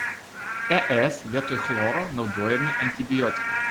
es vietoj chloro naudojami antibiotikai